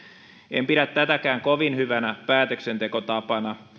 en pidä tätäkään kovin hyvänä päätöksentekotapana